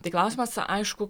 tai klausimas aišku